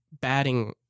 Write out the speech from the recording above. batting